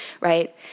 right